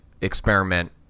experiment